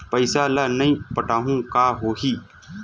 पईसा ल नई पटाहूँ का होही?